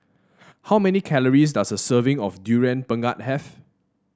how many calories does a serving of Durian Pengat have